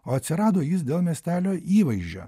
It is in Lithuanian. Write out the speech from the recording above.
o atsirado jis dėl miestelio įvaizdžio